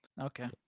okay